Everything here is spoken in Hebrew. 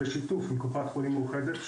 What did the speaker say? בשיתוף עם קופת חולים מאוחדת,